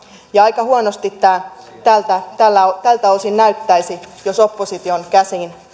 ja aika huonolta tämä tältä osin näyttäisi jos opposition käsiin